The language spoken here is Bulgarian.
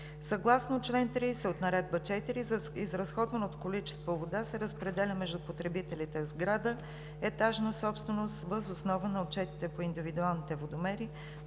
Съгласно чл. 30 от Наредба № 4 от 2004 г. ,,изразходваното количество вода се разпределя между потребителите в сграда –етажна собственост, въз основа на отчетите по индивидуалните им водомери